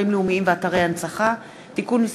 אתרים לאומיים ואתרי הנצחה (תיקון מס'